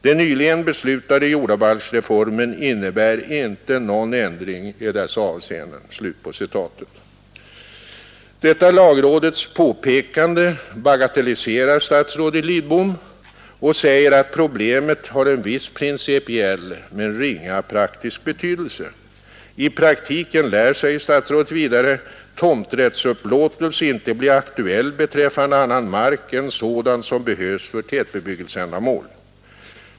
Den nyligen beslutade jordabalksreformen innebär inte någon ändring i dessa avseenden.” Detta lagrådets påpekande bagatelliserar statsrådet Lidbom och säger att problemet har en viss principiell men ringa praktisk betydelse. I praktiken lär, säger statsrådet vidare, tomträttsupplåtelse icke bli aktuell beträffande annan mark än sådan som behövs för tätbebyggelseändamål.